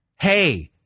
hey